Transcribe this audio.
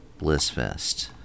Blissfest